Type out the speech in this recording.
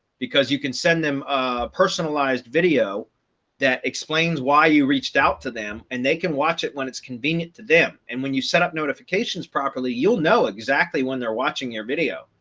because you can send them a personalized video that explains why you reached out to them, and they can watch it when it's convenient to them. and when you set up notifications properly, you'll know exactly when they're watching your video,